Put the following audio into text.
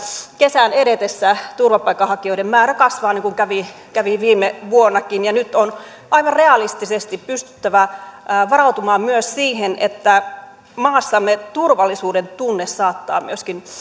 kesän edetessä turvapaikanhakijoiden määrä kasvaa niin kuin kävi kävi viime vuonnakin nyt on aivan realistisesti pystyttävä varautumaan myös siihen että maassamme turvallisuuden tunne saattaa myöskin